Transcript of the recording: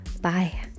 Bye